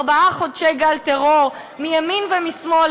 ארבעה חודשי גל טרור מימין ומשמאל,